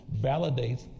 validates